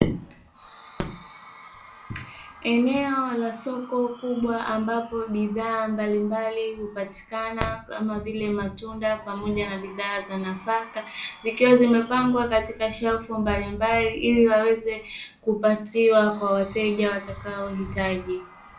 Eneo la soko kubwa ambapo bidhaa mbalimbali hupatikana kama vile matunda pamoja na bidhaa za nafaka, zikiwa zimepangwa katika shelfu mbalimbali ili waweze kupatiwa kwa wateja watakaohitaji